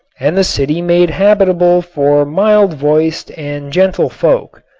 and the city made habitable for mild voiced and gentle folk.